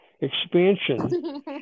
expansion